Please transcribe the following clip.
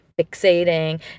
fixating